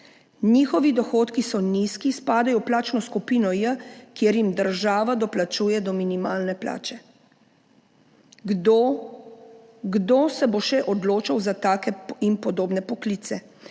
Njihovi dohodki so nizki, spadajo v plačno skupino J, kjer jim država doplačuje do minimalne plače. Kdo se bo še odločal za take in podobne poklice?